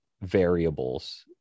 variables